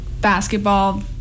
basketball